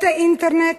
את האינטרנט.